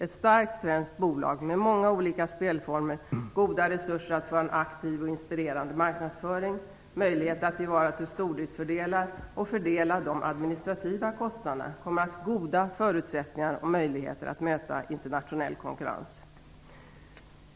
Ett starkt svenskt bolag med många olika spelformer, goda resurser att föra en aktiv och inspirerande marknadsföring, möjlighet att tillvarata stordriftsfördelar och fördela de administrativa kostnaderna kommer att ha goda förutsättningar och möjligheter att möta internationell konkurrens.